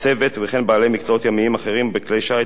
צוות וכן בעלי מקצועות ימיים אחרים בכלי שיט